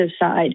side